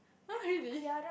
!huh! really